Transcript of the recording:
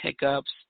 hiccups